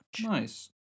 Nice